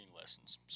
lessons